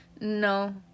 no